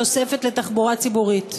תוספת לתחבורה ציבורית.